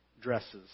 dresses